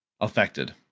affected